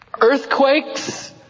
earthquakes